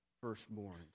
firstborn